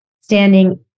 standing